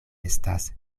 estas